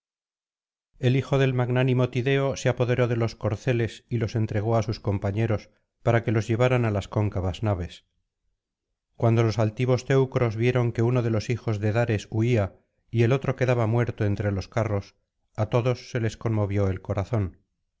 el hijo del magnánimo tideo se apoderó de los corceles y los entregó á sus compañeros piara que los llevaran á las cóncavas naves cuando los altivos teucros vieron que uno de los hijos de dares huía y el otro quedaba muerto entre los carros á todos se les conmovió el corazón